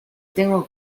tengo